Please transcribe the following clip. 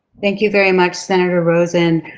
thank you very much, senator rosen.